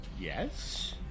yes